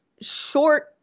short